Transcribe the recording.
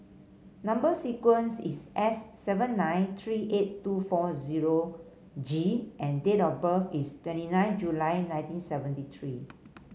number sequence is S seven nine three eight two four zero G and date of birth is twenty nine July nineteen seventy three